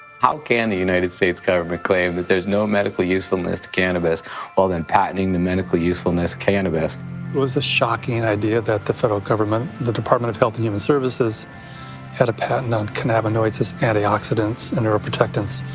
how can the united states government claim that there's no medical usefulness to cannabis while then patenting the medical usefulness of cannabis? it was a shocking idea that the federal government the department of health and human services had a patent on cannabinoids as antioxidants and neuroprotectants,